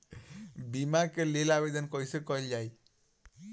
बीमा के लेल आवेदन कैसे कयील जाइ?